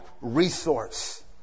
resource